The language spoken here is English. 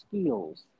skills